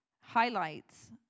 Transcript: highlights